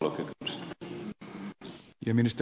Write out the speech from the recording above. arvoisa herra puhemies